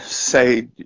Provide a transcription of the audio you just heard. say